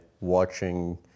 watching